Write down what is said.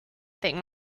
thing